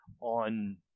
on